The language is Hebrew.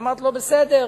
אמרתי לו: בסדר.